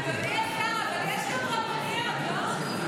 אדוני השר, אבל יש גם רבניות, לא?